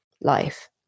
life